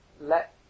let